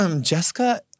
Jessica